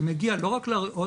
שמגיע לא רק לריאות,